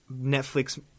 Netflix